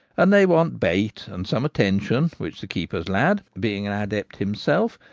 and they want bait and some attention, which the keeper's lad, being an adept himself,